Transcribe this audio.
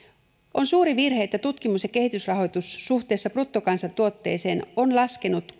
on suuri virhe että tutkimus ja kehitysrahoitus suhteessa bruttokansantuotteeseen on laskenut